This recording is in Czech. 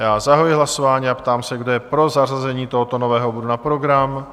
Zahajuji hlasování a ptám se, kdo je pro zařazení tohoto nového bodu na program?